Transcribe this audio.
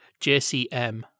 JCM